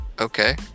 Okay